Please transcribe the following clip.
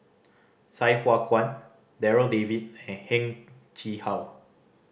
Sai Hua Kuan Darryl David and Heng Chee How